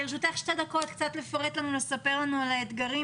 לרשותך שתי דקות לספר לנו על האתגרים